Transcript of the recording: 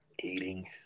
eating